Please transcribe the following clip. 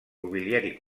mobiliari